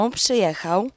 przyjechał